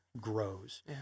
grows